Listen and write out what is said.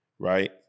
right